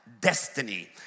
destiny